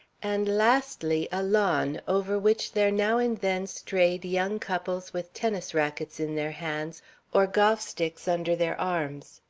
and, lastly, a lawn over which there now and then strayed young couples with tennis rackets in their hands or golf sticks under their arms.